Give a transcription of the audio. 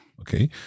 Okay